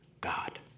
God